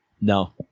No